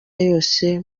yose